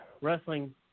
wrestling